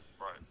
Right